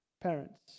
parents